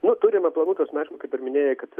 nu turime planų ta prasme aišku kaip ir minėjai kad